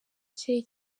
cye